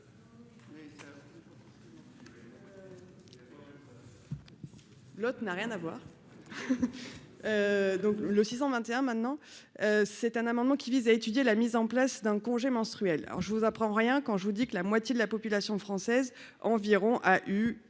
L'autre n'a rien à voir. Donc, le 621 maintenant, c'est un amendement qui vise à étudier la mise en place d'un congé menstruel, alors je ne vous apprends rien quand je vous dis que la moitié de la population française environ a eu ou aura ses règles